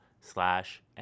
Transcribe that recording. slash